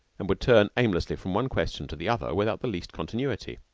and would turn aimlessly from one question to the other without the least continuity.